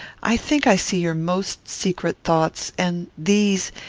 i think i see your most secret thoughts and these,